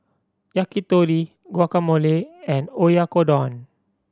Yakitori Guacamole and Oyakodon